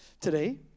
Today